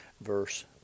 verse